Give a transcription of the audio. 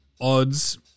odds